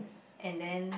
and then